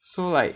so like